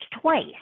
twice